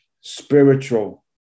spiritual